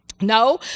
No